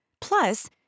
Plus